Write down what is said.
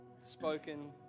spoken